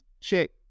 check